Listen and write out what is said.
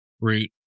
route